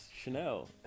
Chanel